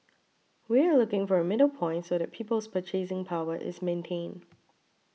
we are looking for a middle point so that people's purchasing power is maintained